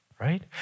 right